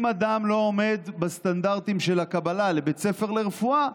אם אדם לא עומד בסטנדרטים של הקבלה לבית ספר לרפואה,